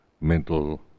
mental